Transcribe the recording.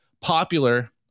popular